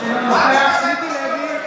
אינו נוכח מיקי לוי,